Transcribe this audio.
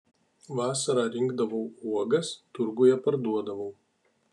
vasarą rinkdavau uogas turguje parduodavau